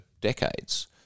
decades